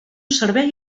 servei